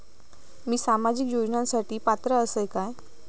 मी सामाजिक योजनांसाठी पात्र असय काय?